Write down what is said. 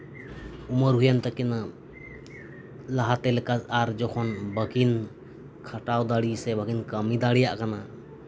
ᱩᱢᱮᱹᱨ ᱦᱳᱭ ᱮᱱ ᱛᱟᱠᱤᱱᱟ ᱞᱟᱦᱟᱛᱮ ᱞᱮᱠᱟ ᱟᱨ ᱡᱮᱠᱷᱚᱱ ᱵᱟᱹᱠᱤᱱ ᱠᱷᱟᱴᱟᱣ ᱫᱟᱲᱮᱹ ᱥᱮ ᱵᱟᱹᱠᱤᱱ ᱠᱟᱹᱢᱤ ᱫᱟᱲᱮᱹᱭᱟᱜ ᱠᱟᱱᱟ